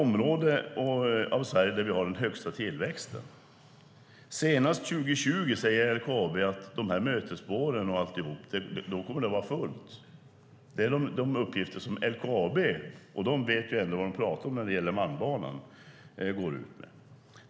Där finns den högsta tillväxten i Sverige. Senast 2020, säger LKAB, kommer det att vara fullt på mötesspåren. Det är de uppgifter som LKAB har fört fram, och de vet vad de talar om när det gäller Malmbanan.